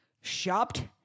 Shopped